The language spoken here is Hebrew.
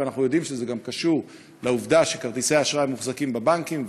אנחנו יודעים שזה גם קשור לעובדה שכרטיסי האשראי מוחזקים בבנקים,